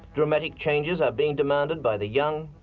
dramatic changes are being demanded by the young,